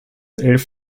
elf